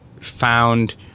found